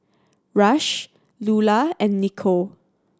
Rush Lulah and Nico